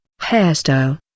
hairstyle